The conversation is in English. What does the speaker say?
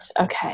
Okay